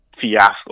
fiasco